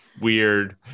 weird